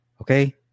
Okay